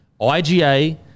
IGA